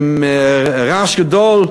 עם רעש גדול.